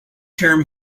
term